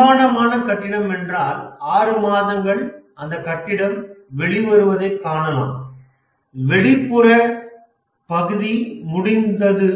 பிரமாண்டமான கட்டிடம் என்றால் 6 மாதங்கள் அந்த கட்டிடம் வெளிவருவதைக் காணலாம் வெளிப்புற பகுதி முடிந்தது